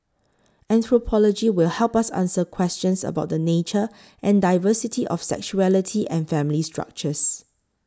anthropology will help us answer questions about the nature and diversity of sexuality and family structures